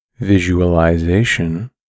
Visualization